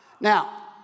Now